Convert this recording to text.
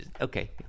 Okay